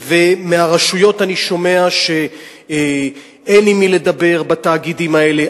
ומהרשויות אני שומע שאין עם מי לדבר בתאגידים האלה,